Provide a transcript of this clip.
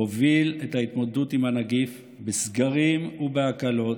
והוביל את ההתמודדות עם הנגיף בסגרים ובהקלות,